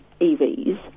EVs